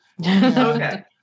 Okay